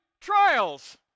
trials